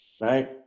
right